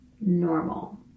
normal